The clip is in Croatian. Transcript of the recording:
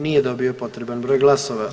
Nije dobio potreban broj glasova.